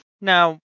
now